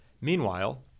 Meanwhile